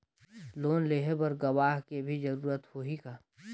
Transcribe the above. Loan लेहे बर गवाह के भी जरूरत होही का?